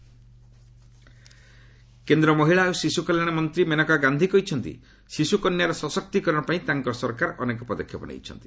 ଗାଲ child day କେନ୍ଦ୍ର ମହିଳା ଓ ଶିଶୁକଲ୍ୟାଣ ମନ୍ତ୍ରୀ ମେନେକା ଗାନ୍ଧୀ କହିଛନ୍ତି ଶିଶୁକନ୍ୟାର ସଶକ୍ତିକରଣ ପାଇଁ ତାଙ୍କ ସରକାର ଅନେକ ପଦକ୍ଷେପ ନେଇଛନ୍ତି